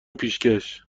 پیشکش